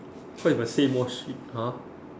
what if i say more shit !huh!